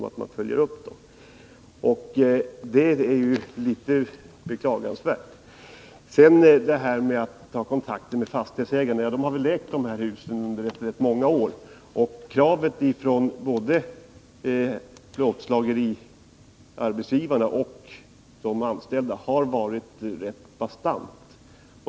Vad sedan gäller frågan om kontakterna med fastighetsägarna vill jag säga att man väl i allmänhet ägt sina hus under rätt många år och att kraven både från arbetsgivarna på plåtslageriområdet och från de berörda anställda länge har varit rätt bastanta.